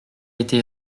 été